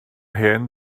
hen